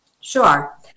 Sure